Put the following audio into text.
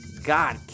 god